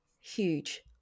huge